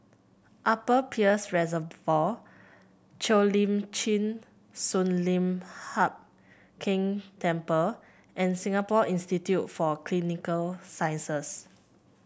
Upper Peirce Reservoir Cheo Lim Chin Sun Lian Hup Keng Temple and Singapore Institute for Clinical Sciences